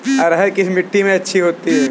अरहर किस मिट्टी में अच्छी होती है?